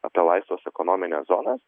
apie laisvas ekonomines zonas